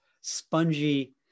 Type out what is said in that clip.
spongy